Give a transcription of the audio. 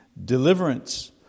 deliverance